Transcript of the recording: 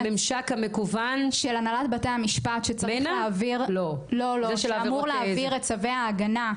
הממשק המקוון של הנהלת בתי משפט שאמור להעביר את צווי ההגנה.